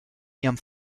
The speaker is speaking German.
ihrem